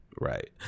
right